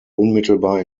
unmittelbar